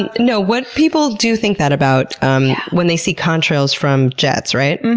and no. what people do think that, about um when they see contrails from jets, right?